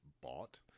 bought